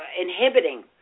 inhibiting